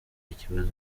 ikibazo